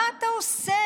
מה אתה עושה?